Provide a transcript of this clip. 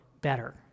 better